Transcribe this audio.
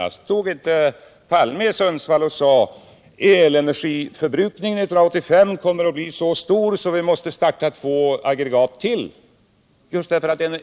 Herr Palme sade t.ex. när han var i Sundsvall, att elenergiförbrukningen år 1985 skulle bli så stor att vi måste starta ytterligare två aggregat.